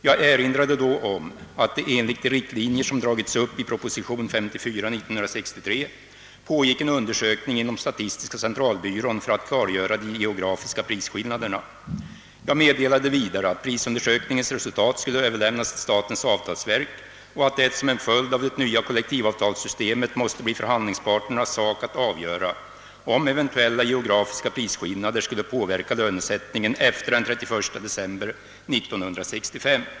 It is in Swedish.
Jag erinrade då om att det enligt de riktlinjer som dragits upp i prop. 1963: 54 pågick en undersökning inom statistiska centralbyrån för att klargöra de geografiska prisskillnaderna. Jag meddelade vidare att prisundersökningens resultat skulle överlämnas till statens avtalsverk och att det som en följd av det nya kollektivavtalssystemet måste bli förhandlingsparternas sak att avgöra om eventuella geografiska prisskillnader skulle påverka lönesättningen efter den 31 december 1965.